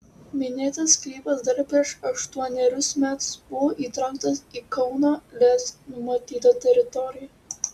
minėtas sklypas dar prieš aštuonerius metus buvo įtrauktas į kauno lez numatytą teritoriją